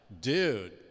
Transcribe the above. dude